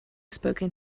spoken